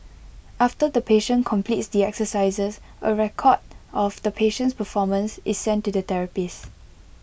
after the patient completes the exercises A record of the patient's performance is sent to the therapist